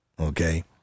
okay